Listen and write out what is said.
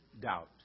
doubt